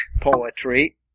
poetry